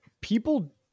people